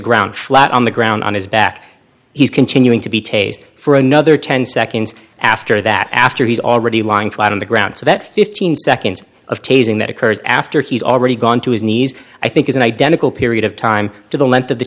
ground flat on the ground on his back he's continuing to be tasty for another ten seconds after that after he's already lying flat on the ground so that fifteen seconds of teasing that occurs after he's already gone to his knees i think is an identical period of time to the length of the